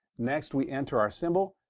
next, we enter our symbol,